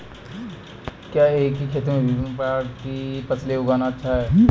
क्या एक ही खेत में विभिन्न प्रकार की फसलें उगाना अच्छा है?